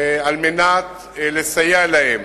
כדי לסייע להם